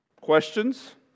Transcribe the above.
Questions